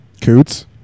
Coots